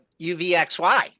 UVXY